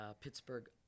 Pittsburgh